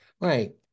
right